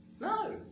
No